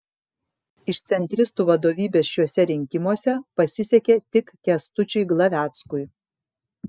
iš centristų vadovybės šiuose rinkimuose pasisekė tik kęstučiui glaveckui